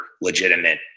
legitimate